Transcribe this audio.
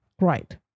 Right